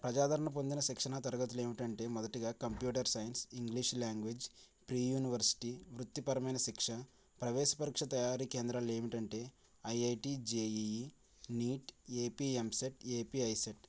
ప్రజాదరణ పొందిన శిక్షణ తరగతులు ఏమిటంటే మొదటిగా computer science English language pre university వృత్తి పరమైన శిక్ష ప్రవేశ పరీక్ష తయారీ కేంద్రాలు ఏమిటంటే IIT JEE NEET AP EAMCET AP ICET